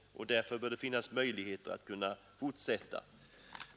Därför bör det finnas möjligheter att fortsätta.